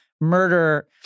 murder